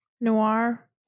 Noir